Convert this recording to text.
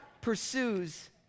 pursues